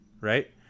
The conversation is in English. right